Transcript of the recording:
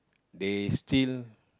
they still